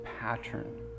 pattern